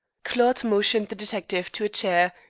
claude motioned the detective to a chair,